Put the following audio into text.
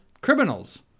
Criminals